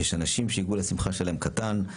יש אנשים שעיגול השמחה שלהם קטן,